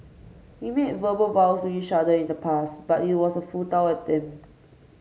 we made verbal vows each other in the past but it was a futile attempt